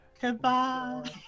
Goodbye